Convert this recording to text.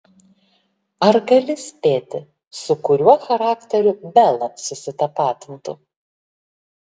ar gali spėti su kuriuo charakteriu bela susitapatintų